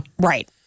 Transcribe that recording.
Right